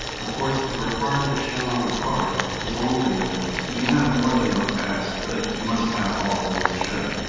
of course, the requirements shown on the card is only the minimum. you can have more than what's asked, but you must have all of what's shown.